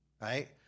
right